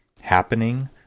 happening